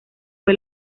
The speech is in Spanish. fue